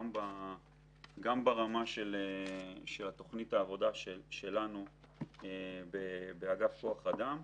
גם ברמה של תוכנית העבודה שלנו באגף כוח אדם.